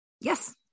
yes